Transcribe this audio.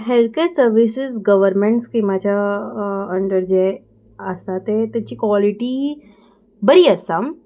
health care services government स्किमाच्या under जे आसा ते तेची क्वॉलिटी बरी आसा